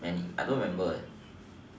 mean I don't remember